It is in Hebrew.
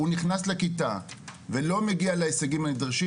הוא נכנס לכיתה ולא מגיע להישגים הנדרשים,